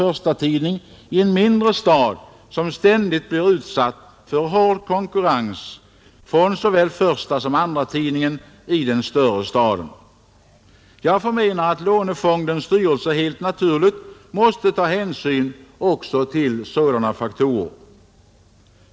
förstatidning i en mindre stad som ständigt blir utsatt för hård konkurrens från såväl förstasom andratidningen i den stora staden.” Jag förmenar att lånefondens styrelse helt naturligt måste ta hänsyn också till sådana faktorer.